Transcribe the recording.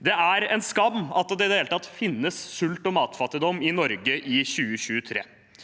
Det er en skam at det i det hele tatt finnes sult og matfattigdom i Norge i 2023.